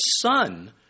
son